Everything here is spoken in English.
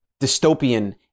dystopian